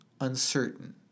uncertain